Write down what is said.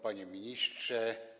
Panie Ministrze!